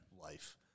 life